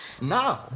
No